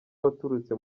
waturutse